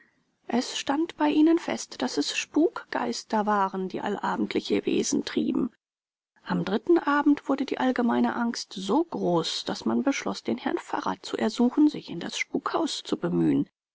es stand bei ihnen fest daß es spukgeister waren die allabendlich ihr wesen trieben am dritten abend wurde die allgemeine angst so groß daß man beschloß den herrn pfarrer zu ersuchen sich in das spukhaus zu bemühen